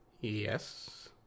Yes